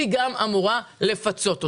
היא גם אמורה לפצות אותם.